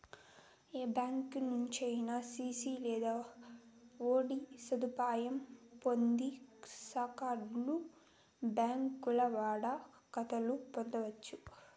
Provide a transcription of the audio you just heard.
ఏ బ్యాంకి నుంచైనా సిసి లేదా ఓడీ సదుపాయం పొందని కాతాధర్లు బాంకీల్ల వాడుక కాతాలు పొందచ్చు